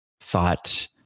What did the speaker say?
thought